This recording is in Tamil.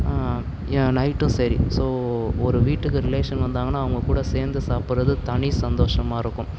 ஏன் நைட்டும் சரி ஸோ ஒரு வீட்டுக்கு ரிலேஷன் வந்தாங்கன்னால் அவங்கக்கூட சேர்ந்து சாப்பிடுறது தனி சந்தோஷமா இருக்கும்